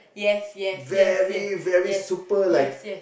yes yes yes yes yes yes yes